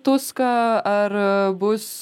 tuską ar bus